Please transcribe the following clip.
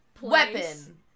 Weapon